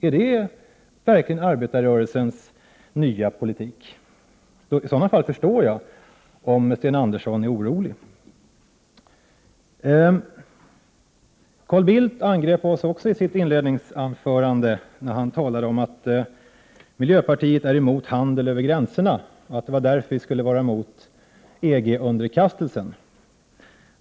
Är det verkligen arbetarrörelsens nya politik? I sådant fall förstår jag om Sten Andersson är orolig. Carl Bildt angrep oss också i sitt inledningsanförande när han talade om att miljöpartiet är emot handel över gränserna och att det var därför vi skulle vara emot EG-underkastelsen.